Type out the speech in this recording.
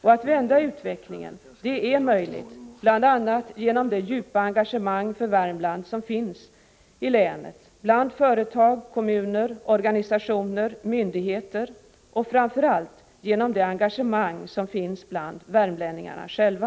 Och att vända utvecklingen, det är möjligt bl.a. genom det djupa engagemang för Värmland som finns i länet bland företag, kommuner, organisationer, myndigheter, och framför allt genom det engagemang som finns bland värmlänningarna själva.